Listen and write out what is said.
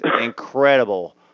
incredible